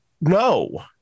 no